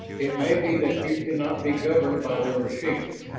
it may be that you cannot be governed by their machine,